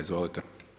Izvolite.